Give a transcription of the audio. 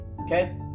okay